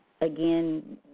Again